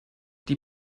die